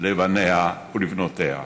לבניה ולבנותיה.